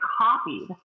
copied